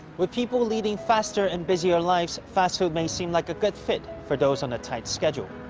with people leading faster, and busier lives, fast food may seem like a good fit for those on a tight schedule,